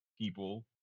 people